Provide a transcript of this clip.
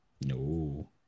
No